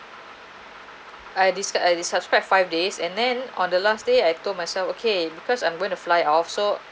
I had this I had to subscribe five days and then on the last day I told myself okay because I'm going to fly off so